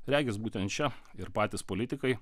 regis būtent šia ir patys politikai